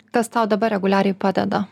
kas tau dabar reguliariai padeda